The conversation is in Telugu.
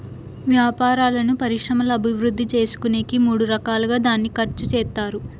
వ్యాపారాలను పరిశ్రమల అభివృద్ధి చేసుకునేకి మూడు రకాలుగా దాన్ని ఖర్చు చేత్తారు